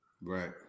Right